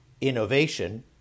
innovation